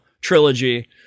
trilogy